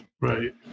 right